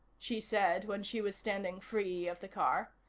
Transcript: she said when she was standing free of the car,